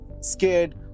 scared